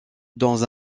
dans